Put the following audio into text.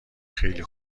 خیلی